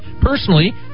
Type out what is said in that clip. personally